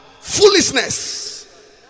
foolishness